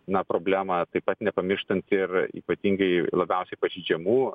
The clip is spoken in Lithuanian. na problemą taip pat nepamirštant ir ypatingai labiausiai pažeidžiamų